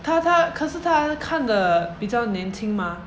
她她可是她看得比较年轻吗